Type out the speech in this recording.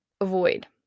avoid